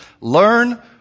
learn